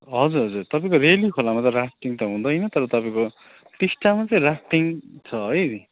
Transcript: हजुर हजुर तपाईँको रेली खोलामा राफ्टिङ त हुँदैन तर तपाईँको टिस्टामा चाहिँ राफ्टिङ छ है